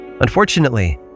Unfortunately